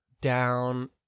down